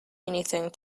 anything